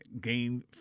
gain